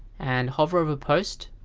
and hover over post.